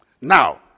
Now